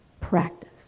Practice